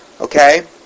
Okay